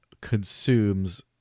consumes